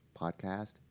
podcast